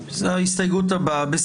מי נמנע?